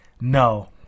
No